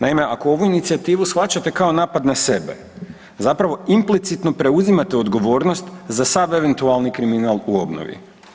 Naime, ako ovu inicijativu shvaćate kao napad na sebe zapravo implicitno preuzimate odgovornost za sva eventualni kriminal u obnovi.